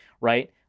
Right